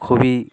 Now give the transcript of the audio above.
খুবই